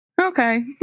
Okay